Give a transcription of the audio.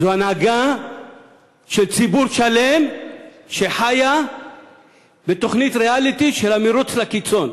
זו הנהגה של ציבור שלם שחיה בתוכנית ריאליטי של "המירוץ לקיצון".